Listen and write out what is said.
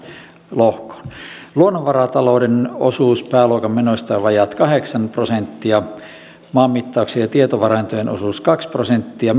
lohkoon luonnonvaratalouden osuus pääluokan menoista on vajaat kahdeksan prosenttia maanmittauksen ja tietovarantojen osuus kaksi prosenttia